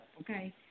okay